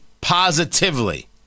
positively